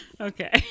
Okay